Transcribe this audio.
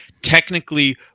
technically